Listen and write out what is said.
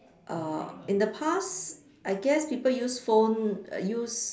uh in the past I guess people use phone err use